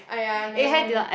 !aiya! never mind lah